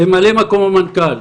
ממלא מקום המנכ"ל,